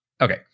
okay